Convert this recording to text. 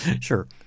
Sure